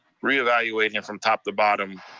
reevaluating it from top to bottom,